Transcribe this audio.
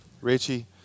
Richie